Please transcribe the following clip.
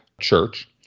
church